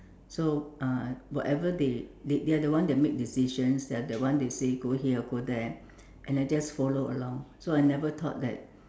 so uh whatever they they are the one that make decisions they are the ones they say go here and go there and I just follow along so I never thought that